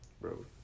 Bro